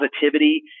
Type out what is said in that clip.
positivity